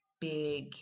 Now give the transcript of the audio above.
big